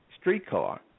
streetcar